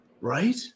Right